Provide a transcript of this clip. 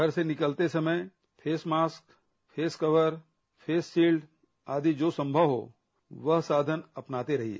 घर से निकलते समय face mask face cover face shield आदि जो संभव हो वह साधन अपनाते रहिए